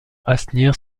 asnières